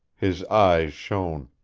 his eyes shone.